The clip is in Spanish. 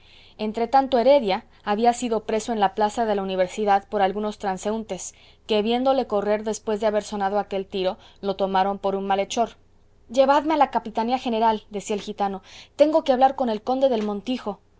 alguna entretanto heredia había sido preso en la plaza de la universidad por algunos transeuntes que viéndole correr después de haber sonado aquel tiro lo tomaron por un malhechor llevadme a la capitanía general decía el gitano tengo que hablar con el conde del montijo